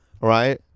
right